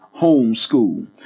Homeschool